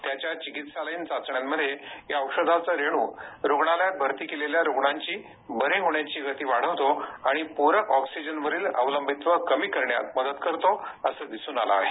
त्याच्या चिकित्सालयीन चाचण्यांमध्ये या औषधाचा रेणू रुग्णालयात भरती केलेल्या रुग्णांची बरे होण्याची गती वाढवतो आणि पूरक ऑक्सीजनवरील अवलंबित्व कमी करण्यात मदत करतो असं दिसून आलं आहे